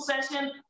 session